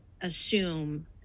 assume